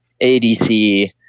ADC